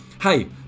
Hey